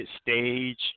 stage